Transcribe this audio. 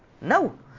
No